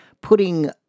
putting